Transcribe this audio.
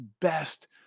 best